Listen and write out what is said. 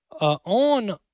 on